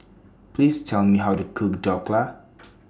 Please Tell Me How to Cook Dhokla